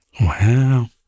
Wow